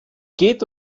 geht